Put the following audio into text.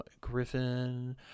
Griffin